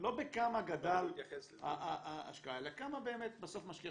לא בכמה גדלה ההשקעה אלא כמה באמת בסוף משקיעים.